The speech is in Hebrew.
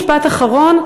משפט אחרון,